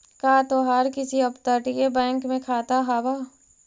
का तोहार किसी अपतटीय बैंक में खाता हाव